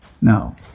No